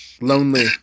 lonely